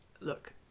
Look